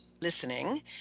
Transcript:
listening